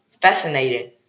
Fascinating